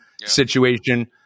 situation